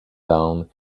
down